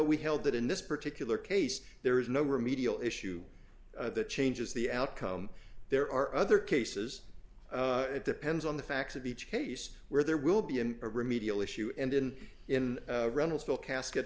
we held that in this particular case there is no remedial issue that changes the outcome there are other cases it depends on the facts of each case where there will be a remedial issue and in in runnels will casket